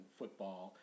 football